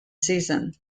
season